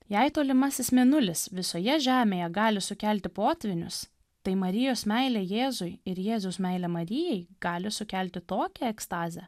jei tolimasis mėnulis visoje žemėje gali sukelti potvynius tai marijos meilė jėzui ir jėzaus meilė marijai gali sukelti tokią ekstazę